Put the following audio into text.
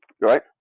right